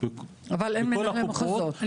אבל אין מנהלים במחוזות.